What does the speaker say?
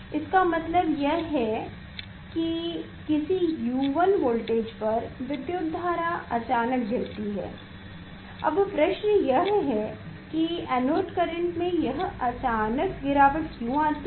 इसका मतलब यह है कि किसी U1 वोल्टेज पर विद्युत धारा अचानक गिरती है अब प्रश्न यह है कि एनोड करंट में यह अचानक गिरावट क्यों आती है